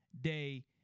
Day